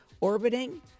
orbiting